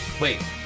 Wait